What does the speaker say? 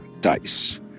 dice